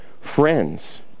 friends